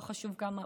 לא חשוב כמה,